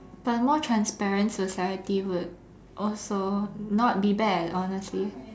but more transparent society would also not be bad honestly